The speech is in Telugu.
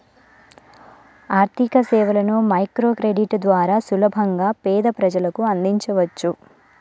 ఆర్థికసేవలను మైక్రోక్రెడిట్ ద్వారా సులభంగా పేద ప్రజలకు అందించవచ్చు